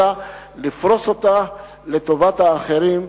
אלא לפרוס אותה לטובת האחרים,